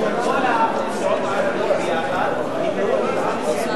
חברת הכנסת אורלי לוי אבקסיס, גברתי,